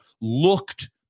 looked